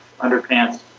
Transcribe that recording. underpants